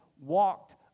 walked